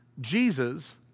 Jesus